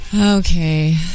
Okay